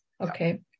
Okay